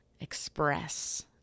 express